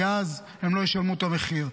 כי אז הם לא ישלמו את המחיר.